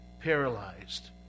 paralyzed